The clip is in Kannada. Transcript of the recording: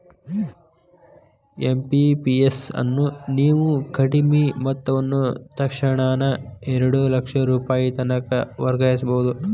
ಐ.ಎಂ.ಪಿ.ಎಸ್ ಅನ್ನು ನೇವು ಕಡಿಮಿ ಮೊತ್ತವನ್ನ ತಕ್ಷಣಾನ ಎರಡು ಲಕ್ಷ ರೂಪಾಯಿತನಕ ವರ್ಗಾಯಿಸ್ಬಹುದು